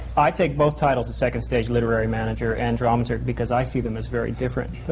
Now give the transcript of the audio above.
i take both titles at second stage, literary manager and dramaturg, because i see them as very different.